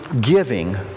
giving